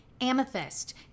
amethyst